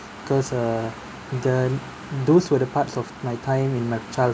cause err the those were the parts of my time in my childhood